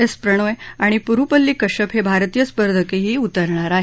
S Prannoy आणि पुरुपल्ली कश्यप हे भारतीय स्पर्धकही उतरणार आहेत